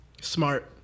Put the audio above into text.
Smart